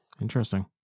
Interesting